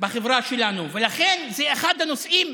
בחברה שלנו, ולכן זה אחד הנושאים